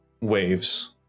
waves